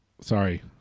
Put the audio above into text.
sorry